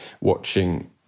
watching